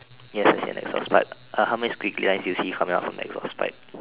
yes I see an exhaust pipe uh how many squiggly lines do you see from your exhaust pipe